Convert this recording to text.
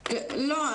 לא.